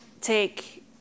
take